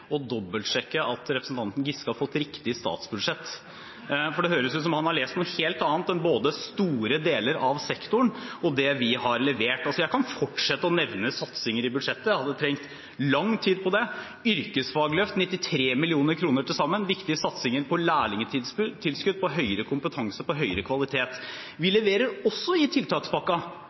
og dobbeltsjekke at representanten Giske har fått riktig statsbudsjett, for det høres ut som han har lest noe helt annet enn det som både store deler av sektoren har lest, og det vi har levert. Jeg kan fortsette med å nevne satsinger i budsjettet. Jeg hadde trengt lang tid på det: yrkesfagløft på 93 mill. kr til sammen, viktige satsinger på lærlingtilskudd, på høyere kompetanse og på høyere kvalitet. Vi